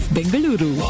Bengaluru